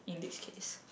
in this case